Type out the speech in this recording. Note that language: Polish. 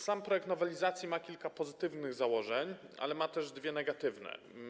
Sam projekt nowelizacji ma kilka pozytywnych założeń, ale ma też dwa negatywne.